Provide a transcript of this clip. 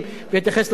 עשה מעשה